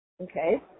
Okay